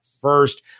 first